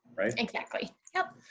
right? exactly. yep.